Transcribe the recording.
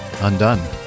undone